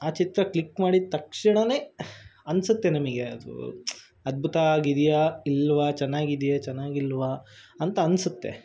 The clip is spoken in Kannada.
ಆ ಚಿತ್ರ ಕ್ಲಿಕ್ ಮಾಡಿದ ತಕ್ಷಣವೇ ಅನಿಸುತ್ತೆ ನಮಗೆ ಅದು ಅದ್ಭುತ ಆಗಿದೆಯಾ ಇಲ್ಲವಾ ಚೆನ್ನಾಗಿದೆಯ ಚೆನ್ನಾಗಿಲ್ಲವಾ ಅಂತ ಅನಿಸುತ್ತೆ